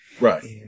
right